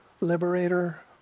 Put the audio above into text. liberator